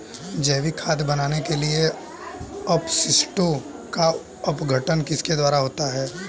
जैविक खाद बनाने के लिए अपशिष्टों का अपघटन किसके द्वारा होता है?